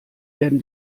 werden